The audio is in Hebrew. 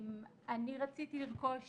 רציתי לרכוש